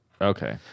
Okay